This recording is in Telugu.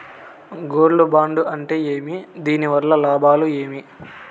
గోల్డ్ బాండు అంటే ఏమి? దీని వల్ల లాభాలు ఏమి?